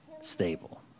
stable